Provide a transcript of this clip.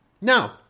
Now